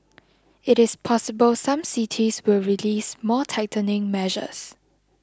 it is possible some cities will release more tightening measures